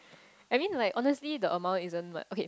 I mean like honestly the amount isn't like okay